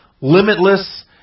limitless